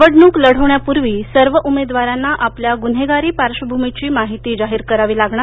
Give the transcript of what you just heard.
निवडणूक लढवण्यापूर्वी सर्व उमेदवारांना आपल्या गुन्हेगारी पार्श्वभुमीची माहिती जाहीर करावी लागणार